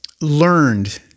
learned